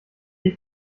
die